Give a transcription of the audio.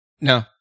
No